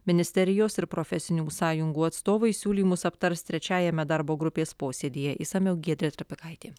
ministerijos ir profesinių sąjungų atstovai siūlymus aptars trečiajame darbo grupės posėdyje išsamiau giedrė trapikaitė